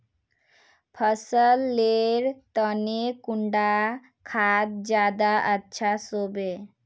फसल लेर तने कुंडा खाद ज्यादा अच्छा सोबे?